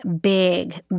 big